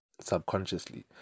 subconsciously